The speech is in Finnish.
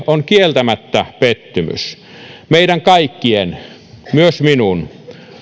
on kieltämättä pettymys meidän kaikkien myös minun